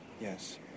Yes